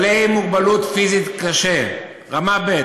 בעלי מוגבלות פיזית קשה רמה ב',